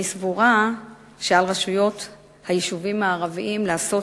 אני סבורה שעל הרשויות ביישובים הערביים לעשות